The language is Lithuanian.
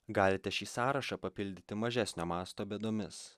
galite šį sąrašą papildyti mažesnio masto bėdomis